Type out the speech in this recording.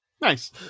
Nice